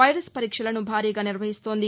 virus పరీక్షలను భారీగా నిర్వహిస్తోంది